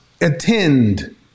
attend